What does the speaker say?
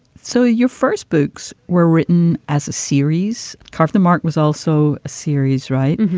so your first books were written as a series. cardona mark was also a series, right.